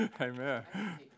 Amen